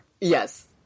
Yes